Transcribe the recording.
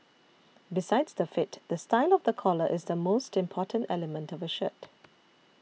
besides the fit the style of the collar is the most important element of a shirt